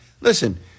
listen